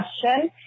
question